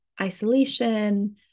isolation